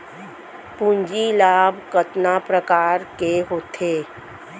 पूंजी लाभ कतना प्रकार के होथे?